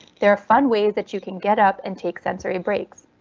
there are fun ways that you can get up and take sensory breaks.